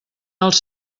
els